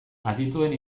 adituen